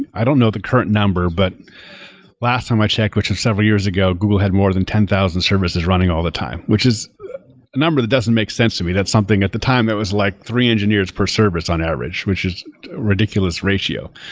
i don't know the current number, but last summer um i checked, which is several years ago, google had more than ten thousand services running all the time, which is a number that doesn't make sense to me. that's something at the time it was like three engineers per service on average, which is a ridiculous ratio.